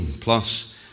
plus